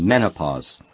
menopause.